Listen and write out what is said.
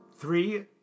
Three